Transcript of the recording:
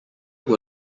were